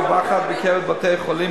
הרווחת בבתי-החולים,